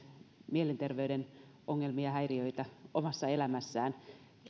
mielenterveyden ongelmia ja häiriöitä omassa elämässään